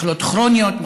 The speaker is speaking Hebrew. מחלות כרוניות,